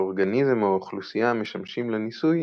האורגניזם או האוכלוסייה המשמשים לניסוי